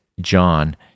John